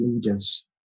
leaders